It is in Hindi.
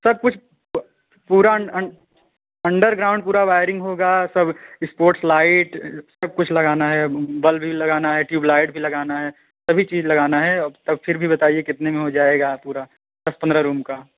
सब कुछ पूरा अंडर ग्राउंड पूरा वायरिंग होगा सब इस्पोर्ट्स लाइट सब कुछ लगाना है बल्ब भी लगाना है ट्यूब लाइट भी लगाना है सभी चीज़ लगाना है और तब फिर भी बताईए कितने में हो जाएगा पूरा दस पंद्रह रूम का